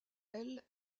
elle